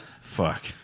Fuck